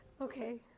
okay